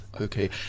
Okay